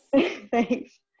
thanks